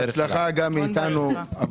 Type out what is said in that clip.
הצלחה גם מאתנו.